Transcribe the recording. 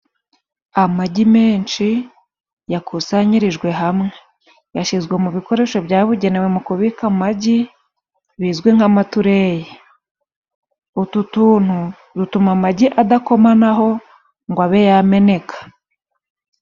Amagi menshi yakusanyirijwe hamwe yashyizwe mu bikoresho byabugenewe, mu kubika amagi bizwi nk'amatureyi utu tuntu dutuma amagi adakomanaho ngo abe yameneka.